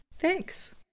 thanks